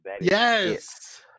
Yes